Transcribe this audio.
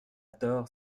dort